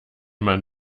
man